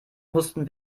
mussten